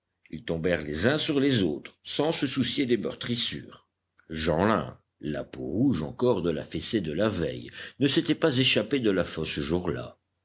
ils tombèrent les uns sur les autres sans se soucier des meurtrissures jeanlin la peau rouge encore de la fessée de la veille ne s'était pas échappé de la fosse ce jour-là